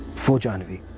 for jhanvi.